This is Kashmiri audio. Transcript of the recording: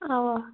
اَوا